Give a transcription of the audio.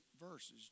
verses